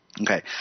Okay